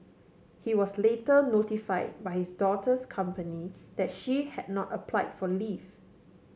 he was later notify by his daughter's company that she had not applied for leave